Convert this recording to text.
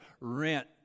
rent